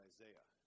Isaiah